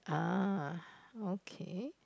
ah okay